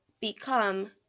become